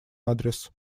адрес